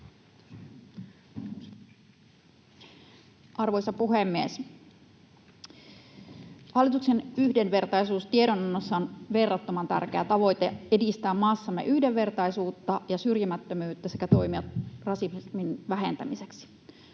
Arvoisa puhemies! Hallituksen yhdenvertaisuustiedonannossa on verrattoman tärkeä tavoite edistää maassamme yhdenvertaisuutta ja syrjimättömyyttä sekä toimia rasismin vähentämiseksi.